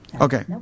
Okay